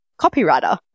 copywriter